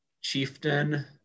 chieftain